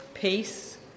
Peace